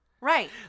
Right